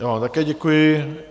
Já vám také děkuji.